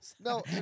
No